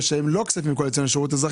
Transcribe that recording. ממשלה.